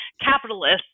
capitalists